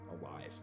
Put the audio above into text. alive